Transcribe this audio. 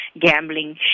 gambling